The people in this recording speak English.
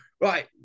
right